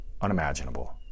unimaginable